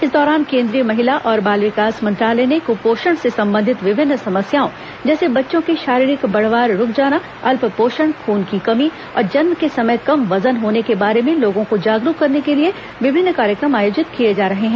इस दौरान केंद्रीय महिला और बाल विकास मंत्रालय ने कुपोषण से संबंधित विभिन्न समस्याओं जैसे बच्चों की शारीरिक बढ़वार रुक जाना अल्पपोषण खून की कमी और जन्म के समय कम वजन होने के बारे में लोगों को जागरूक करने के लिए विभिन्न कार्यक्रम आयोजित किये जा रहे हैं